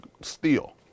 steel